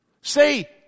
say